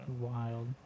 Wild